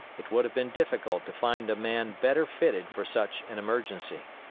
it would have been difficult to find a man better fitted for such an emergency.